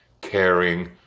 caring